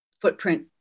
footprint